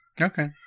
okay